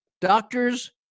doctors